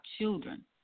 children